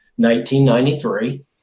1993